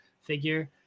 figure